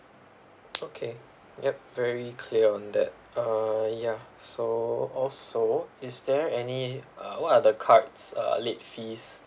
okay yup very clear on that uh ya so also is there any uh what are the cards uh late fees